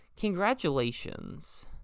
Congratulations